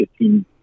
15